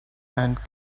and